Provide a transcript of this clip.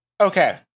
Okay